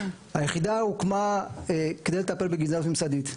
היחידה הוקמה כדי לטפל בגזענות ממסדית.